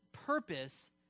purpose